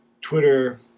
Twitter